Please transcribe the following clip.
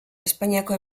espainiako